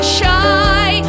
shy